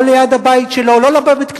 לא ליד הבית שלו,